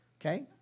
okay